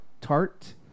Tart